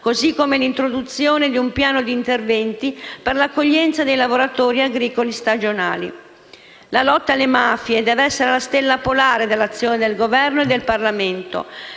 così come l'introduzione di un piano di interventi per l'accoglienza dei lavoratori agricoli stagionali. La lotta alle mafie deve essere la stella polare dell'azione del Governo e del Parlamento.